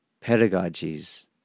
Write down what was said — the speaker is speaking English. pedagogies